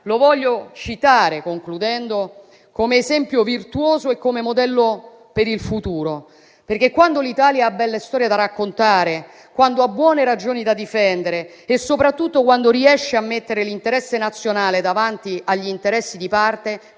Lo voglio citare, concludendo, come esempio virtuoso e come modello per il futuro perché quando l'Italia ha belle storie da raccontare, quando ha buone ragioni da difendere e, soprattutto, quando riesce a mettere l'interesse nazionale davanti agli interessi di parte,